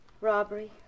Robbery